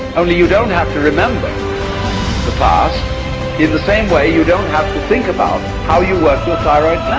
only you don't have to remember the past in the same way you don't have to think about how you work your thyroid